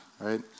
right